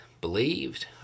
believed